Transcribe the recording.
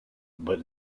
but